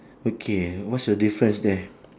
okay what's your difference there